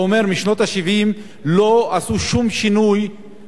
זה אומר שמשנות ה-70 לא עשו שום שינוי